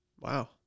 Wow